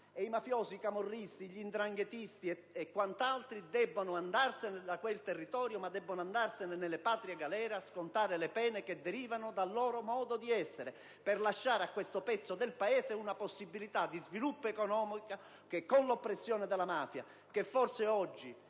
e i mafiosi, i camorristi, gli 'ndranghetisti e quant'altri debbono andarsene da quel territorio e finire nelle patrie galere a scontare le pene che derivano dal loro modo di essere; debbono lasciare a questi pezzi del Paese una possibilità di sviluppo economico perché con l'oppressione della mafia, che forse oggi